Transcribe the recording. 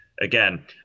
again